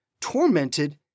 tormented